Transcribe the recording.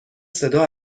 صدا